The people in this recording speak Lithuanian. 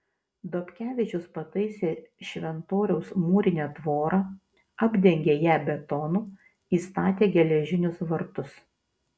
dobkevičius pataisė šventoriaus mūrinę tvorą apdengė ją betonu įstatė geležinius vartus